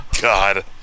God